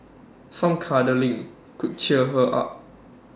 some cuddling could cheer her up